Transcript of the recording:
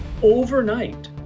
Overnight